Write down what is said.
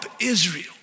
Israel